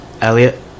Elliot